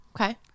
Okay